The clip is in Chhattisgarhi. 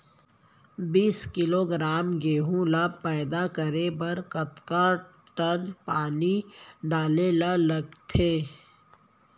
बीस किलोग्राम गेहूँ ल पैदा करे बर कतका टन पानी डाले ल लगथे?